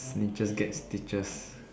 and then just get a speeches